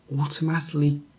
automatically